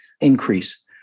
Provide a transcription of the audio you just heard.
increase